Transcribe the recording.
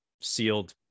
sealed